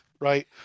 right